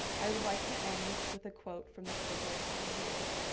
i would like to end with a quote from the fiddler on the roof